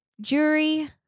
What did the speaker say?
jury